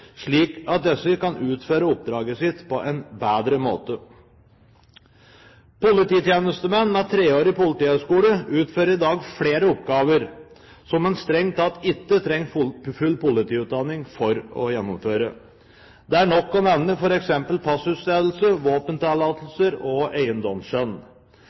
slik at disse kan utføre oppdraget sitt på en bedre måte. Polititjenestemenn med treårig politihøgskole utfører i dag flere oppgaver som man strengt tatt ikke trenger full politiutdanning for å gjennomføre. Det er nok å nevne f.eks. passutstedelse, våpentillatelser og eiendomsskjønn.